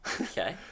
okay